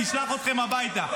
וישלח אתכם הביתה.